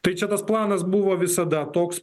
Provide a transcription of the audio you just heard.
tai čia tas planas buvo visada toks